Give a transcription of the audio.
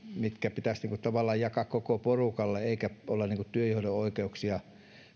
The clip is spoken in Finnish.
mitkä pitäisi tavallaan jakaa koko porukalle eikä olla työnjohdon oikeuksia